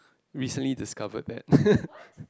recently discovered bad